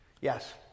Yes